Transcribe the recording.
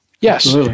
Yes